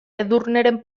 edurneren